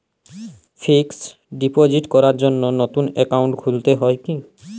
Fix deposit করার জন্য নতুন অ্যাকাউন্ট খুলতে হয় কী?